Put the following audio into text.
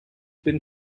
been